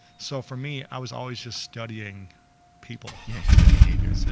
so for me i was always just studying people. yeah, human behavior.